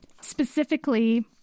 specifically